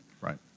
right